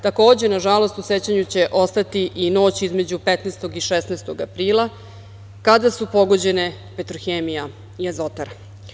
Takođe, nažalost, u sećanju će ostati i noć između 15. i 16. aprila, kada su pogođene „Petrohemija“ i „Azotara“